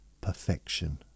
perfection